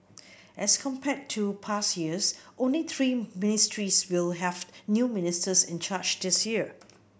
as compared to past years only three ministries will have new ministers in charge this year